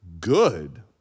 good